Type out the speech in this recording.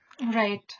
Right